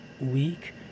week